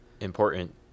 important